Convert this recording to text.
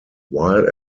while